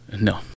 No